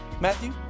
Matthew